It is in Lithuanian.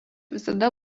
visada